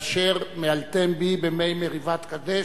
"על אשר מעלתם בי, במי מריבת קדש".